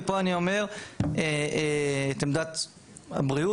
ופה אני אומר את עמדת הבריאות,